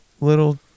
little